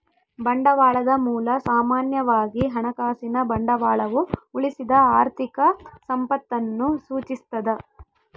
ಬಂಡವಾಳದ ಮೂಲ ಸಾಮಾನ್ಯವಾಗಿ ಹಣಕಾಸಿನ ಬಂಡವಾಳವು ಉಳಿಸಿದ ಆರ್ಥಿಕ ಸಂಪತ್ತನ್ನು ಸೂಚಿಸ್ತದ